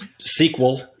sequel